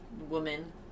woman